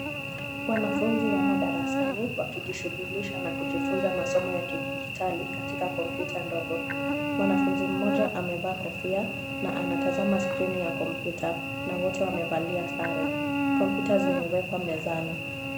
Wanafunzi wamo darasani wakijishughulisha na kujifunza masomo ya kidijitali katika kompyuta ndogo. Mwanafunzi mmoja amevaa kofia na anatazama skrini ya kompyuta na wote wamevalia sare. Kompyuta zimewekwa mezani.